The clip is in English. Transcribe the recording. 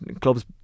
clubs